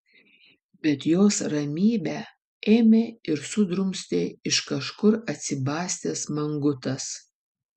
bet jos ramybę ėmė ir sudrumstė iš kažkur atsibastęs mangutas